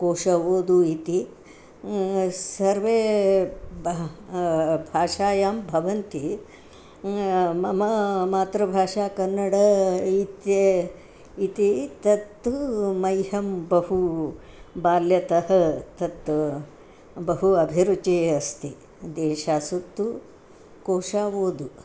कोश ओदु इति सर्वे भः भाषायां भवन्ति मम मातृभाषा कन्नड इत्येव इति तत्तु मह्यं बहु बाल्यतः तत् बहु अभिरुचिः अस्ति देशासुत्तु कोशा ओदु